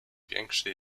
większe